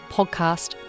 Podcast